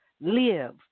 Live